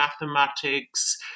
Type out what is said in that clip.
mathematics